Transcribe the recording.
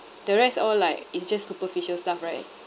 the rest all like is just superficial stuff right